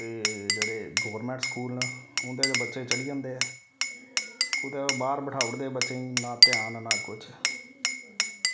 ते जेह्ड़े government school न उं'दे ते बच्चे चली जंदे कुतै ओह् बाहर बठाई ओड़दे बच्चें गी ना ध्यान ना किश